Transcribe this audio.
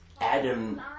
Adam